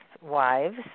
wives